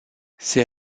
ses